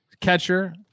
Catcher